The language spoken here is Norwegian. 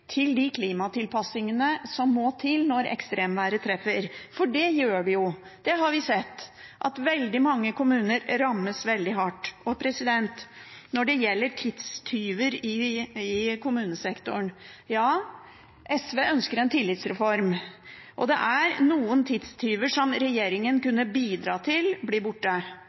til de klimatilpasningene som må til når ekstremværet treffer. Det gjør det jo. Vi har sett at veldig mange kommuner rammes veldig hardt. Når det gjelder tidstyver i kommunesektoren, ønsker SV en tillitsreform. Det er noen tidstyver som regjeringen kunne bidra til at ble borte,